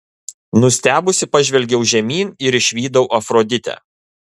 nustebusi pažvelgiau žemyn ir išvydau afroditę